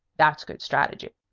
that's good strategy.